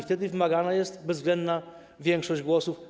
Wtedy wymagana jest bezwzględna większość głosów.